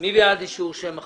מי בעד אישור שם החוק?